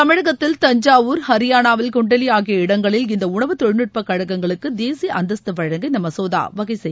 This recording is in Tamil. தமிழகத்தில் தஞ்சாவூர் ஹரியானாவில் குண்டலி ஆகிய இடங்களில் இந்த உணவுத் தொழில்நுட்பக் கழகங்களுக்கு தேசிய அந்தஸ்து வழங்க இந்த மசோதா வகை செய்கிறது